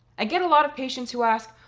i get a lot of patients who ask,